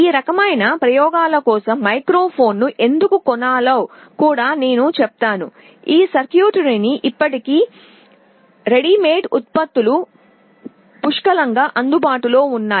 కొన్ని ప్రయోగాల కోసం ఈ రకమైన మైక్రోఫోన్ను ఎందుకు కొనాలో కూడా నేను చెప్తాను ఈ సర్క్యూట్రీని ఇప్పటికే నిర్మించిన ఉత్పత్తులు పుష్కలంగా అందుబాటులో ఉన్నాయి